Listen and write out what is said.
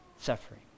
suffering